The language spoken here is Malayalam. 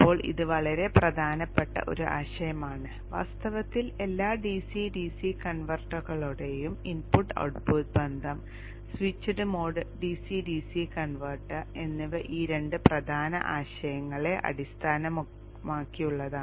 ഇപ്പോൾ ഇത് വളരെ പ്രധാനപ്പെട്ട ഒരു ആശയമാണ് വാസ്തവത്തിൽ എല്ലാ DC DC കൺവെർട്ടറുകളുടെയും ഇൻപുട്ട് ഔട്ട്പുട്ട് ബന്ധം switched mode DC DC converter എന്നിവ ഈ രണ്ട് പ്രധാന ആശയങ്ങളെ അടിസ്ഥാനമാക്കിയുള്ളതാണ്